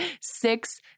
six